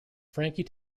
frankie